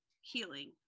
healing